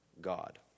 God